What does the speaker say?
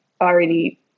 already